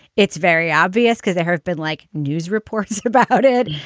it's very obvious because they have been like news reports about it.